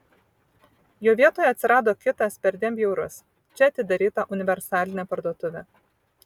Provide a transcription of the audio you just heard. jo vietoje atsirado kitas perdėm bjaurus čia atidaryta universalinė parduotuvė